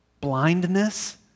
blindness